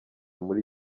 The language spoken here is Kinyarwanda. muri